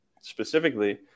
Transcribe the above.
specifically